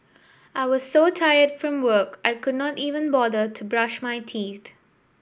I was so tired from work I could not even bother to brush my teeth